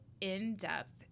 in-depth